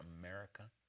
America